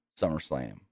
SummerSlam